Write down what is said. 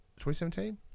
2017